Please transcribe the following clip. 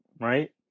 right